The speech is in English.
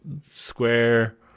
square